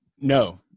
No